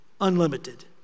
unlimited